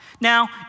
Now